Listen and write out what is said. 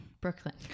Brooklyn